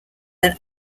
than